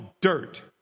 dirt